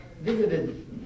visited